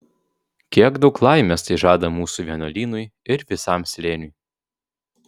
kiek daug laimės tai žada mūsų vienuolynui ir visam slėniui